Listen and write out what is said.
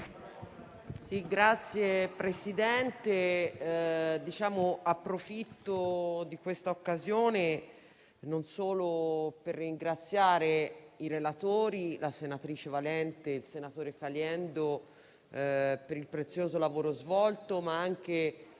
Signor Presidente, approfitto di questa occasione non solo per ringraziare i relatori, senatori Valente e Caliendo, per il prezioso lavoro svolto, ma anche per